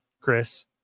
Chris